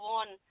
one